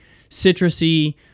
citrusy